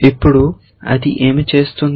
ఇప్పుడు అది ఏమి చేస్తోంది